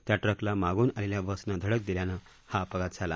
त्या ट्रकला मागून आलेल्या बसनं धड़क दिल्यानं हा अपघात झाला